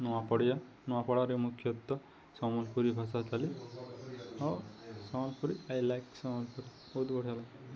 ନୂଆପଡ଼ିଆ ନୂଆପଡ଼ାରେ ମୁଖ୍ୟତଃ ସମ୍ବଲପୁରୀ ଭାଷା ଚାଲେ ଆଉ ସମ୍ବଲପୁରୀ ଆଇ ଲାଇକ୍ ସମ୍ବଲପୁରୀ ବହୁତ ବଢ଼ିଆ ଲାଗେ